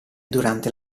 durante